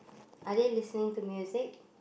are they listening to music